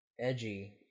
edgy